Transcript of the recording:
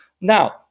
now